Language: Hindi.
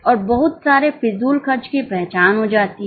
और बहुत सारे फिजूल खर्च की पहचान हो जाती है